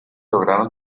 lograron